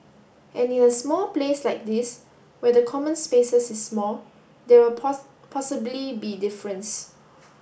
and in a small place like this where the common spaces is small there will possibly be difference